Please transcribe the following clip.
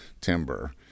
timber